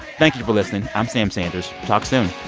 thank you for listening. i'm sam sanders. talk soon